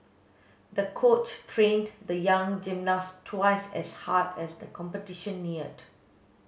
the coach trained the young gymnast twice as hard as the competition neared